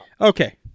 Okay